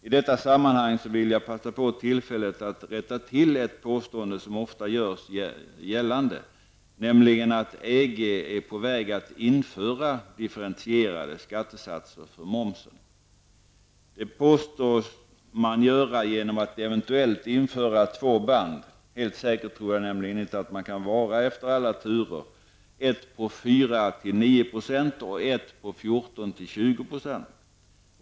I detta sammanhang vill jag passa på tillfället att rätta till ett påstående som ofta görs, nämligen att EG är på väg att införa differentierade skattesatser för momsen. Det påstås man göra genom att eventuellt införa två ''band'', helt säker tror jag inte man kan vara efter alla turer, ett på 4--9 % och ett på 14--20 %.